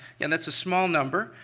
and that's a small number,